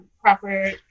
proper